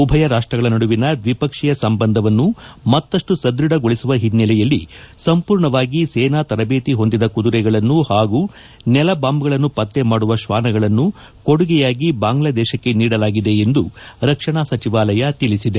ಉಭಯ ರಾಷ್ಟ್ರಗಳ ನಡುವಿನ ದ್ಲಿಪಕ್ಷೀಯ ಸಂಬಂಧವನ್ನು ಮತ್ತಷ್ಟು ಸದ್ಬಧಗೊಳಿಸುವ ಹಿನ್ನೆಲೆಯಲ್ಲಿ ಸಂಪೂರ್ಣವಾಗಿ ಸೇನಾ ತರಬೇತಿ ಹೊಂದಿದ ಕುದುರೆಗಳನ್ನು ಹಾಗೂ ನೆಲ ಬಾಂಬ್ಗಳನ್ನು ಪತ್ತೆಮಾಡುವ ಶ್ವಾನಗಳನ್ನು ಕೊಡುಗೆಯಾಗಿ ಬಾಂಗ್ಲಾದೇಶಕ್ಕೆ ನೀಡಲಾಗಿದೆ ಎಂದು ರಕ್ಷಣಾ ಸಚಿವಾಲಯ ತಿಳಿಸಿದೆ